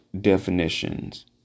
definitions